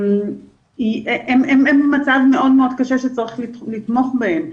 הם גם במצב מאוד מאוד קשה שצריך לתמוך בהם,